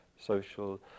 social